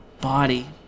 body